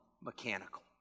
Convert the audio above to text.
mechanical